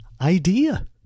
idea